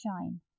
shine